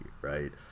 right